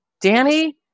Danny